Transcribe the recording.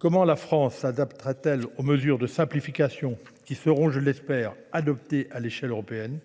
Comment la France s'adaptera-t-elle aux mesures de simplification qui seront, je l'espère, adoptées à l'échelle européenne ?